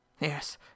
Yes